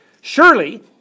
Surely